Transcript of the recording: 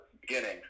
beginning